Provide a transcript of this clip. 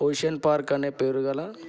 ocean park అనే పేరు గల